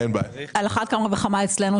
על אחת כמה וכמה אצלנו,